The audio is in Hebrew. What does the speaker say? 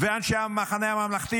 אנשי המחנה הממלכתי